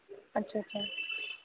अच्छा अच्छा